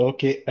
Okay